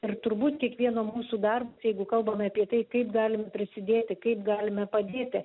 ir turbūt kiekvieno mūsų darbus jeigu kalbame apie tai kaip galime prisidėti kaip galime padėti